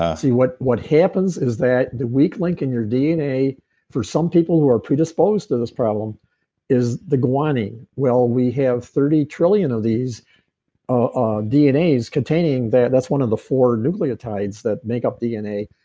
um see what what happens is that the weak link in your dna for some people who are predisposed to this problem is the guanine. well, we have thirty trillion of these ah dnas containing the. that's one of the four nucleotides that make up dna.